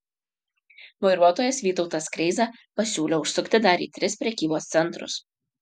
vairuotojas vytautas kreiza pasiūlė užsukti dar į tris prekybos centrus